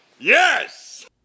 Yes